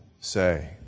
say